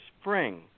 spring